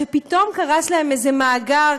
שפתאום קרס להם איזה מאגר,